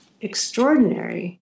extraordinary